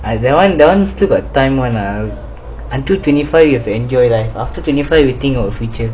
ah that one that one still got time one lah until twenty first you have to enjoy life after twenty first you think about the future